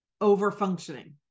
over-functioning